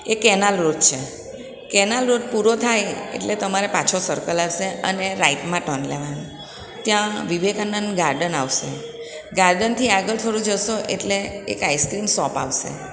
એ canal road છે canal road પૂરો થાય એટલે તમારે પાછો સર્કલ આવશે અને રાઇટમાં ટર્ન લેવાનો ત્યાં વિવેકાનંદ ગાર્ડન આવશે ગાર્ડનથી આગળ થોડું જશો એટલે એક આઈસક્રીમ શોપ આવશે